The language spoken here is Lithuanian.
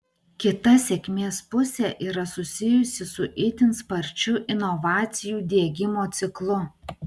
kita sėkmės pusė yra susijusi su itin sparčiu inovacijų diegimo ciklu